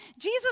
Jesus